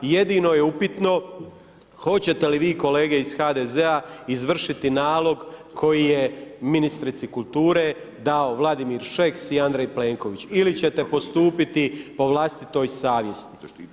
Jedino je upitno hoćete li vi kolege iz HDZ-a izvršiti nalog koji je ministrici kulture dao Vladimir Šeks i Andrej Plenković ili ćete postupiti po vlastitoj savjesti.